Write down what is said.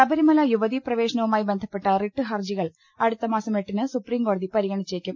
ശബരിമല യുവതി പ്രവേശനവുമായി ബന്ധപ്പെട്ട റിട്ട് ഹർജി കൾ അടുത്തമാസം എട്ടിന് സുപ്രീംകോടതി പരിഗണിച്ചേക്കും